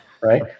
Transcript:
Right